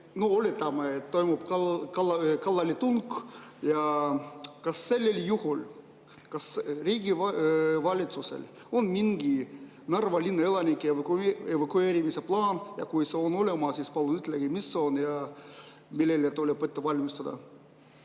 Oletame, et toimub kallaletung. Kas sellel juhul on riigi valitsusel mingi Narva linna elanike evakueerimise plaan? Kui see on olemas, siis palun ütelge, mis see on ja milleks tuleb valmistuda.